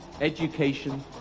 education